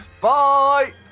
Bye